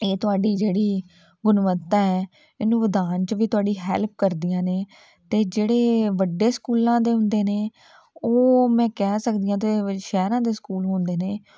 ਇਹ ਤੁਹਾਡੀ ਜਿਹੜੀ ਗੁਣਵੱਤਾ ਹੈ ਇਹਨੂੰ ਵਧਾਉਣ 'ਚ ਵੀ ਤੁਹਾਡੀ ਹੈਲਪ ਕਰਦੀਆਂ ਨੇ ਅਤੇ ਜਿਹੜੇ ਵੱਡੇ ਸਕੂਲਾਂ ਦੇ ਹੁੰਦੇ ਨੇ ਉਹ ਮੈਂ ਕਹਿ ਸਕਦੀ ਹਾਂ ਅਤੇ ਸ਼ਹਿਰਾਂ ਦੇ ਸਕੂਲ ਹੁੰਦੇ ਨੇ